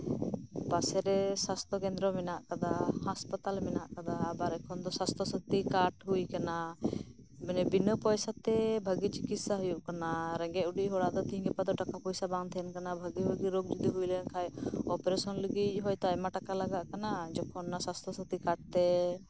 ᱯᱟᱥᱮ ᱨᱮ ᱥᱟᱥᱛᱷᱚ ᱠᱮᱱᱫᱨᱚ ᱢᱮᱱᱟᱜ ᱠᱟᱫᱟ ᱦᱟᱸᱥᱯᱟᱛᱟᱞ ᱢᱮᱱᱟᱜ ᱠᱟᱫᱟ ᱮᱠᱷᱚᱱ ᱫᱚ ᱥᱟᱥᱛᱷᱚ ᱥᱟᱛᱷᱤ ᱠᱟᱨᱰ ᱦᱩᱭ ᱠᱟᱱᱟ ᱢᱟᱱᱮ ᱵᱤᱱᱟᱹ ᱯᱚᱭᱥᱟ ᱛᱮ ᱵᱷᱟᱜᱤ ᱪᱤᱠᱤᱥᱥᱟ ᱦᱩᱭᱩᱜ ᱠᱟᱱᱟ ᱨᱮᱸᱜᱮᱡ ᱚᱨᱮᱡ ᱦᱚᱲᱟᱜ ᱫᱚ ᱛᱤᱦᱤᱧ ᱜᱟᱯᱟ ᱫᱚ ᱴᱟᱠᱟ ᱯᱚᱭᱥᱟ ᱵᱟᱝ ᱛᱟᱦᱮᱸᱱ ᱠᱟᱱᱟ ᱵᱷᱟᱹᱜᱤᱼᱵᱷᱟᱹᱜᱤ ᱨᱳᱜᱽ ᱡᱩᱫᱤ ᱦᱩᱭ ᱞᱮᱱ ᱠᱷᱟᱡ ᱚᱯᱟᱨᱮᱥᱚᱱ ᱞᱟᱹᱜᱤᱫ ᱟᱭᱢᱟ ᱴᱟᱠᱟ ᱞᱟᱜᱟᱜ ᱠᱟᱱ ᱛᱚᱠᱷᱚᱱ ᱚᱱᱟ ᱥᱟᱥᱛᱷᱚ ᱥᱟᱛᱷᱤ ᱠᱟᱨᱰ ᱛᱮ